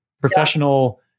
professional